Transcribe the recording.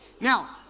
Now